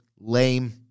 lame